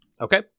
Okay